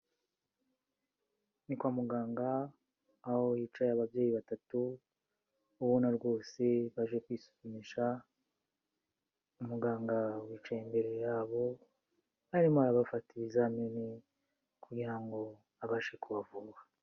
Ni kwa muganga, aho hicaye ababyeyi batatu, ubona rwose baje kwisuzumisha, umuganga wicaye imbere yabo arimo arabafata ibizamini kugira ngo abashe kubavura.